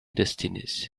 destinies